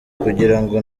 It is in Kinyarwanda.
kugirango